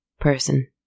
Person